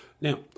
Now